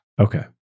Okay